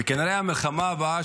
וכנראה המלחמה הבאה